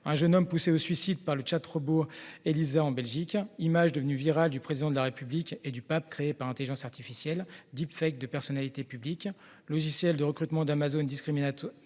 du jeune homme poussé au suicide par le chatbot Eliza en Belgique, des images devenues virales du Président de la République et du pape, créées par intelligence artificielle, des de personnalités publiques, du logiciel de recrutement d'Amazon qui